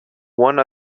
one